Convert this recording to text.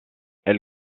elle